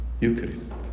Eucharist